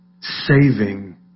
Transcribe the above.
Saving